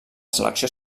selecció